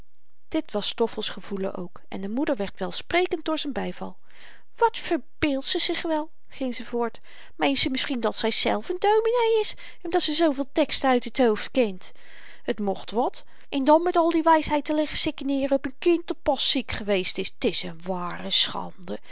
dit was stoffels gevoelen ook en de moeder werd welsprekend door z'n byval wat verbeeldt ze zich wel ging ze voort meent ze misschien dat zyzelf n dominee is omdat ze zooveel teksten uit het hoofd kent het mocht wat en dan met al die wysheid te liggen sikkeneeren op n kind dat pas ziek geweest is t is n ware schande